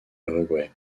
uruguay